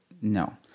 no